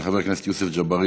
של חבר הכנסת יוסף ג'בארין,